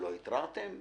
לא התרעתם?